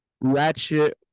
ratchet